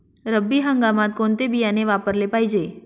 रब्बी हंगामात कोणते बियाणे वापरले पाहिजे?